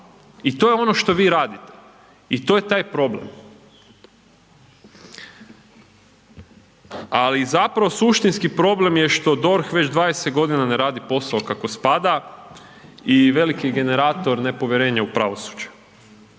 i to je ono što vi radite i to je taj problem. Ali i zapravo suštinski problem je što DORH već 20 godina ne radi posao kako spada i veliki generator nepovjerenja u pravosuđe.